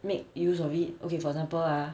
make use of it okay for example ah